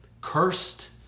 cursed